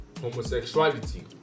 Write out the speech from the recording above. Homosexuality